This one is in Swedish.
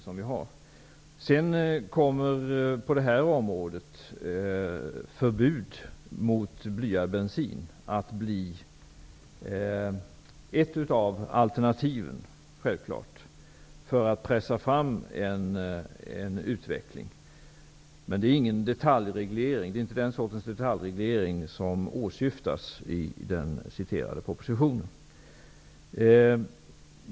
Sedan kommer på detta område ett förbud mot blyad bensin självklart att bli ett av alternativen för att pressa fram en utveckling. Men det är inte den sortens detaljreglering som åsyftas i den citerade propositionen.